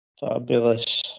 Fabulous